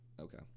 Okay